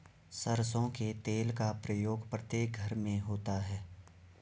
सरसों के तेल का प्रयोग प्रत्येक घर में होता है